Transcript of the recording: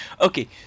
Okay